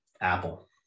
apple